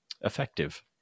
effective